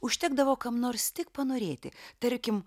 užtekdavo kam nors tik panorėti tarkim